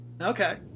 okay